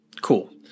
Cool